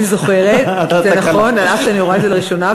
אני זוכרת, זה נכון, אף שאני רואה את זה לראשונה.